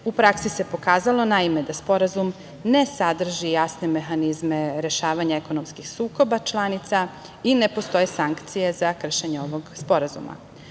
U praksi se pokazalo, naime, da Sporazum ne sadrži jasne mehanizme rešavanja ekonomskih sukoba članica i ne postoje sankcije za kršenje ovog sporazuma.